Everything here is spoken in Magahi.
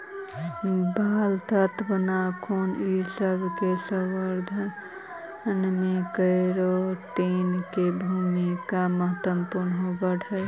बाल, त्वचा, नाखून इ सब के संवर्धन में केराटिन के भूमिका महत्त्वपूर्ण होवऽ हई